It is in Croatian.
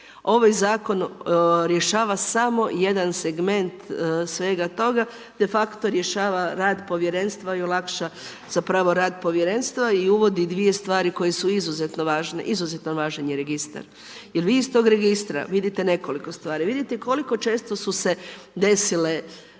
Ovaj zakon rješava samo jedan segment svega toga, de facto rješava rad povjerenstva i olakša zapravo rad povjerenstva i uvodi dvije stvari koje su izuzetno važne, izuzetno važan je registar. Jer vi iz tog registra vidite nekoliko stvari. Vidite i koliko često su se desile